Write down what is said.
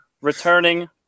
returning